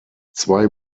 zwei